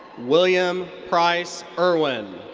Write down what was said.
william price erwin.